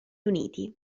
uniti